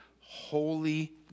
holy